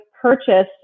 purchase